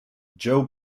joe